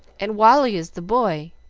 and wally is the boy,